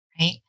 right